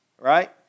right